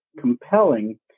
compelling